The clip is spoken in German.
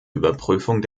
überprüfung